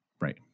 Right